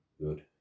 good